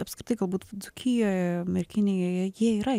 apskritai galbūt dzūkijoj merkinėje jie yra